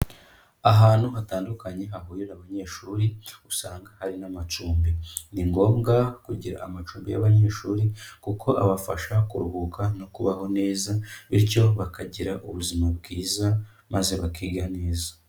Ahantu hatandukanye hahurira abanyeshuri, usanga hari n'amacumbi. Ni ngombwa kugira amacumbi y'abanyeshuri, kuko abafasha kuruhuka no kubaho neza, bityo bakagira ubuzima bwiza, maze bakiga neza.